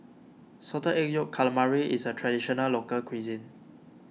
Salted Egg Yolk Calamari is a Traditional Local Cuisine